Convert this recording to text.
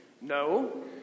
No